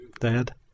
Dad